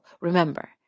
remember